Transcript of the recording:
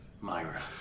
Myra